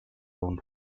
own